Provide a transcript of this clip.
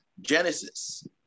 Genesis